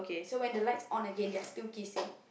so when the lights on again they are still kissing